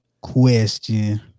question